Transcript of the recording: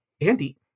Andy